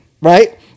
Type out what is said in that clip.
right